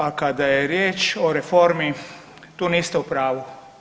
A kada je riječ o reformi tu niste u pravu.